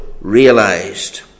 realized